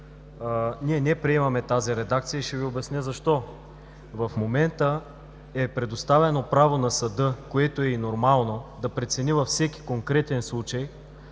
Ние не приемаме редакцията на новата ал. 4 и ще Ви обясня защо. В момента е предоставено право на съда, което е и нормално, да прецени във всеки конкретен случай